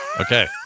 Okay